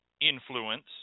influence